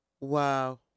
Wow